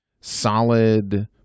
solid